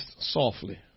softly